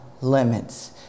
limits